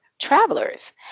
travelers